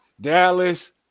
Dallas